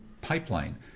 pipeline